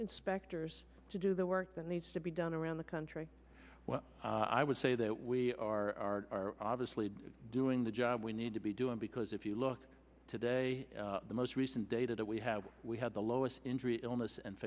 inspectors to do the work that needs to be done around the country well i would say that we are obviously doing the job we need to be doing because if you look today the most recent data that we have we had the lowest injury illness and